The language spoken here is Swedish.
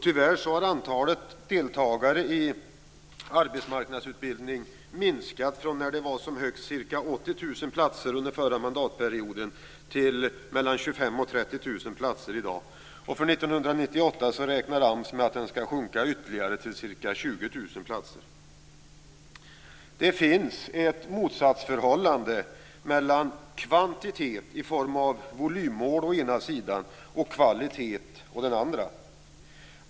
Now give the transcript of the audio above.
Tyvärr har antalet deltagare i arbetsmarknadsutbildningen minskat från när det var som högst ca 80 000 platser under den förra mandatperioden till 25 000-30 000 i dag. För 1998 räknar AMS med att det skall sjunka ytterligare till ca 20 000. Det finns ett motsatsförhållande mellan kvantitet i form av volymmål å ena sidan och kvalitet å den andra.